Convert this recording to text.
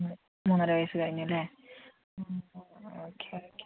മൂന്നര വയസ്സ് കഴിഞ്ഞു അല്ലേ ഓക്കെ ഓക്കെ